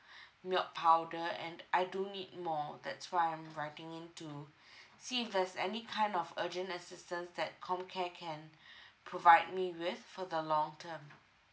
milk powder and I do need more that's why I'm writing in to see if there's any kind of urgent assistance that comcare can provide me with for the long term